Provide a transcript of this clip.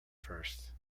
first